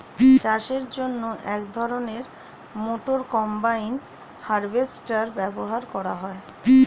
চাষের জন্য এক ধরনের মোটর কম্বাইন হারভেস্টার ব্যবহার করা হয়